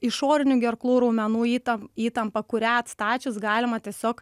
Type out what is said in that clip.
išorinių gerklų raumenų įtam įtampa kurią atstačius galima tiesiog